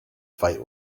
fight